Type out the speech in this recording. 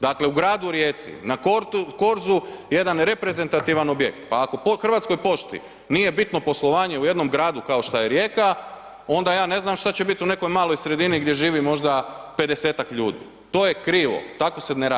Dakle, u gradu Rijeci, na Korzu jedan reprezentativan objekt, pa ako Hrvatskoj pošti nije bitno poslovanje u jednom gradu kao šta je Rijeka, onda ja ne znam šta će bit u nekoj maloj sredini gdje živi možda 50-tak ljudi, to je krivo, tako se ne radi.